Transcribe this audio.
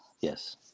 yes